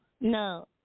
no